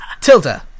tilda